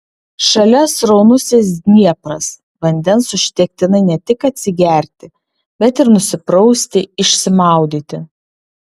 šalia sraunusis dniepras vandens užtektinai ne tik atsigerti bet ir nusiprausti išsimaudyti